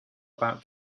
about